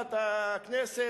כך,